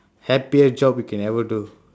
happier job you can ever do